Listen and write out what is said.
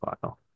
file